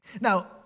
Now